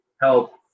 help